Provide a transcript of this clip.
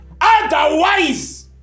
otherwise